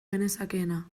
genezakeena